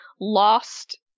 lost